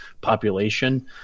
population